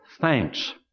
thanks